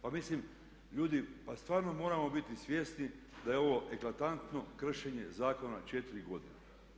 Pa mislim, ljudi pa stvarno moramo biti svjesni da je ovo eklatantno kršenje zakona 4 godine.